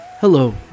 Hello